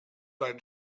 deinen